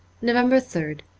november third